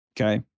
Okay